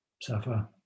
suffer